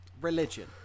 Religion